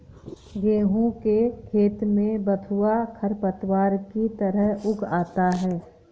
गेहूँ के खेत में बथुआ खरपतवार की तरह उग आता है